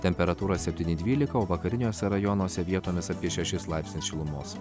temperatūra septyni dvylika o vakariniuose rajonuose vietomis apie šešis laipsnius šilumos